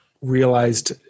realized